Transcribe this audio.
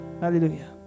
Hallelujah